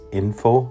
info